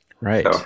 Right